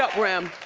ah rem.